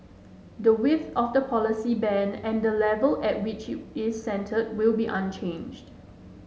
the width of the policy band and the level at which is centred will be unchanged